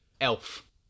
Elf